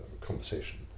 conversation